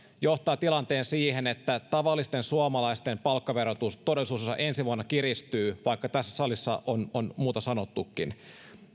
johtaa tilanteen siihen että tavallisten suomalaisten palkkaverotus todellisuudessa ensi vuonna kiristyy vaikka tässä salissa on on muuta sanottukin